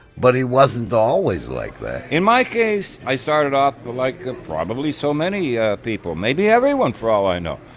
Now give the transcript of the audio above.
but he wasn't always like that in my case, i started off, but like ah probably so many ah people, maybe everyone for all i know.